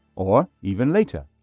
or even later.